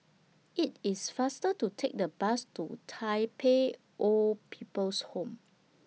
IT IS faster to Take The Bus to Tai Pei Old People's Home